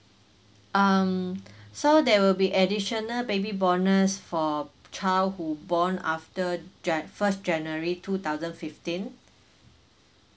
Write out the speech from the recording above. um so there will be additional baby bonus for child who born after ja~ first january two thousand fifteen